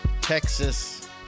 Texas